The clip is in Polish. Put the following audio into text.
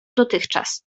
dotychczas